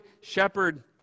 shepherd